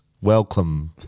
Welcome